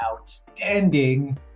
outstanding